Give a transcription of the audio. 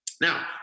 Now